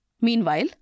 Meanwhile